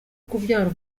kubyara